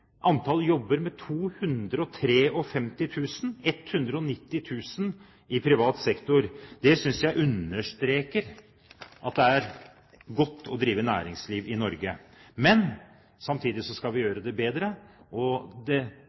privat sektor. Det synes jeg understreker at det er godt å drive næringsliv i Norge. Men samtidig skal vi gjøre det bedre, og det